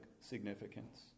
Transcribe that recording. significance